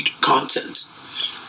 content